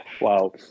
Wow